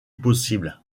possible